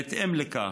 בהתאם לכך,